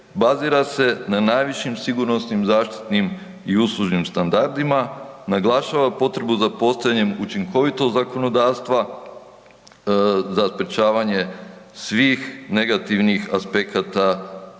bazira se na najvišim sigurnosnim zaštitnim i uslužnim standardima, naglašava potrebu za postavljanjem učinkovitog zakonodavstva, za sprječavanje svih negativnih aspekata